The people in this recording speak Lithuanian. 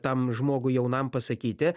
tam žmogui jaunam pasakyti